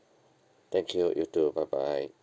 thank you you too bye bye